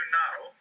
now